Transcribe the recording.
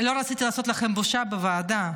לא רציתי לעשות לכם בושות בוועדה,